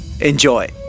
Enjoy